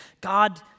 God